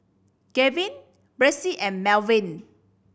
Garvin Bryce and Melvin